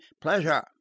pleasure